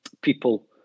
people